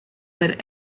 were